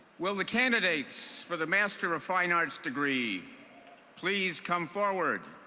will the candidates for the master of fine arts degree please come forward?